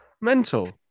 mental